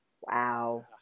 Wow